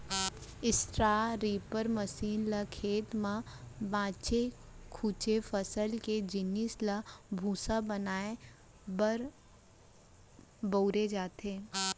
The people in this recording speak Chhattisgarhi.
स्ट्रॉ रीपर मसीन ल खेत म बाचे खुचे फसल के जिनिस ल भूसा बनाए बर बउरे जाथे